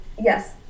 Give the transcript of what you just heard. yes